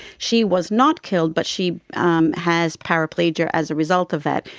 she was not killed but she um has paraplegia as a result of that.